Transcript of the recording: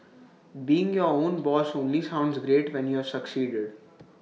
being your own boss only sounds great when you've succeeded